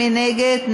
מי נגד?